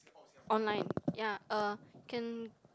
online ya uh can